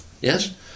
Yes